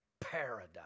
paradise